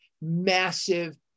massive